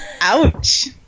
Ouch